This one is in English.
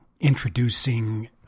introducing